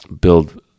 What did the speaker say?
build